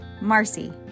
Marcy